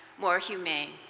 more humane,